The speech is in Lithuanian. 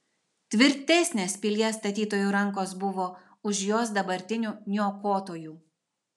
tvirtesnės pilies statytojų rankos buvo už jos dabartinių niokotojų